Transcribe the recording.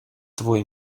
твой